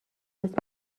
است